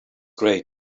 great